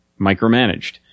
micromanaged